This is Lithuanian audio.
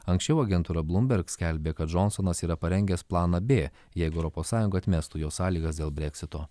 anksčiau agentūra blumberg skelbė kad džonsonas yra parengęs planą b jeigu europos sąjunga atmestų jo sąlygas dėl breksito